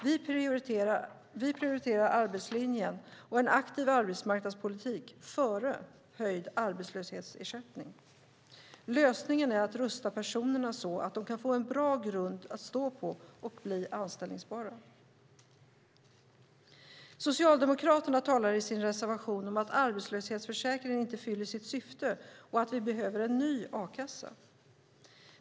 Vi prioriterar arbetslinjen och en aktiv arbetsmarknadspolitik före höjd arbetslöshetsersättning. Lösningen är att rusta personerna så att de kan få en bra grund att stå på och bli anställbara. Socialdemokraterna talar i sin reservation om att arbetslöshetsförsäkringen inte fyller sitt syfte och att vi behöver en ny a-kassa.